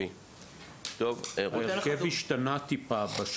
ההרכב השתנה טיפה,